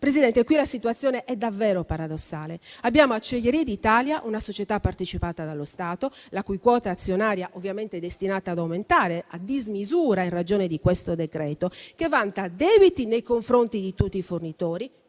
Presidente, qui la situazione è davvero paradossale: abbiamo Acciaierie d'Italia, una società partecipata dallo Stato - la cui quota azionaria è destinata ad aumentare a dismisura, in ragione di questo decreto-legge - che vanta debiti nei confronti di tutti i fornitori,